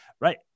right